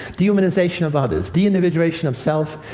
dehumanization of others. de-individuation of self.